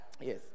Yes